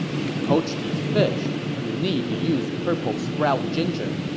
to poach these fish, you need to use purple sprout ginger.